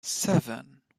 seven